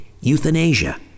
euthanasia